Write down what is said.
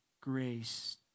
grace